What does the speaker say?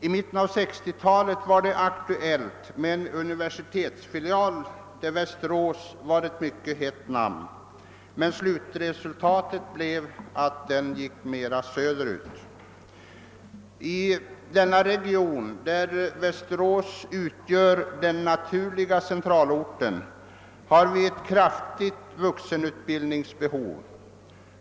I mitten på 1960-talet var Västerås ett mycket aktuellt namn för förläggningen av en universitetsfilial, men slutresultatet blev att filialen förlades till en ort mera söderut. I den region där Västerås utgör den naturliga centralorten finns ett stort vuxenutbildningsbehov.